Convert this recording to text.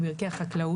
על ברכי החקלאות.